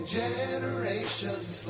generations